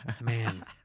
Man